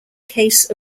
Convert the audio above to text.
case